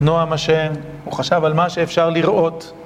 נועם אשר הוא חשב על מה שאפשר לראות